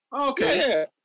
Okay